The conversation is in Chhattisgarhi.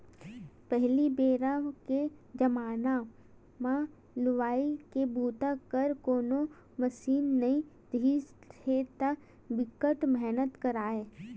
पहिली बेरा के जमाना म लुवई के बूता बर कोनो मसीन नइ रिहिस हे त बिकट मेहनत लागय